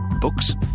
Books